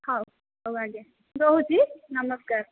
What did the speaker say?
ହଉ ହଉ ଆଜ୍ଞା ରହୁଛି ନମସ୍କାର